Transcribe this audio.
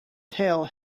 tale